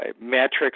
metrics